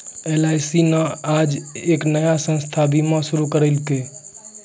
LIC न आज एक नया स्वास्थ्य बीमा शुरू करैलकै